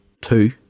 two